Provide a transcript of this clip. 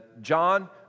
John